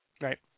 Right